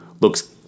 looks